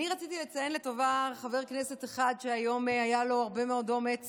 אני רציתי לציין לטובה חבר כנסת אחד שהיום היה לו הרבה מאוד אומץ